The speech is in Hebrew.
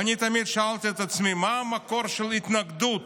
אני תמיד שאלתי את עצמי מה המקור של ההתנגדות